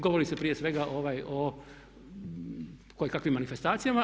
Govori se prije svega o kojekakvim manifestacijama.